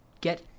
get